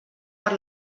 per